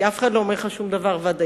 כי אף אחד לא אומר לך שום דבר ודאי,